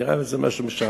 נראה לי שזה משהו משעמם,